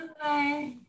Bye